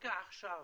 דווקא עכשיו,